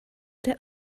der